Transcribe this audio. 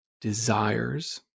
desires